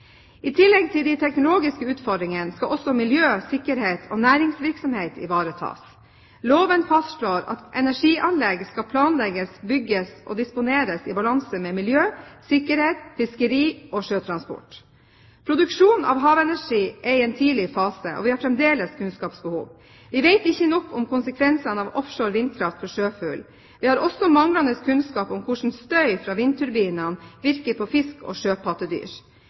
I tillegg til de teknologiske utfordringene skal også miljø, sikkerhet og næringsvirksomhet ivaretas. Loven fastslår at energianlegg skal planlegges, bygges og disponeres i balanse med miljø, sikkerhet, fiskeri og sjøtransport. Produksjon av havenergi er i en tidlig fase, og vi har fremdeles kunnskapsbehov. Vi vet ikke nok om konsekvensene av offshore vindkraft for sjøfugl. Vi har også manglende kunnskap om hvordan støy fra vindturbinene virker på fisk og sjøpattedyr.